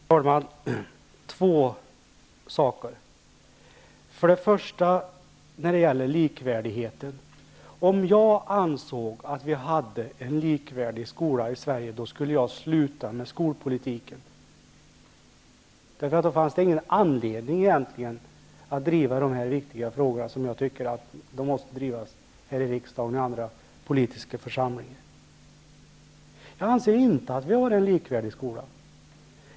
Herr talman! Två saker vill jag ta upp och den första är likvärdigheten. Om jag ansåg att vi hade en likvärdig skola i Sverige, skulle jag sluta med skolpolitiken. Då fanns det ingen anledning att driva de här viktiga frågorna, som jag tycker måste drivas här i riksdagen och i andra politiska församlingar. Jag anser dock inte att vi har en likvärdig skola.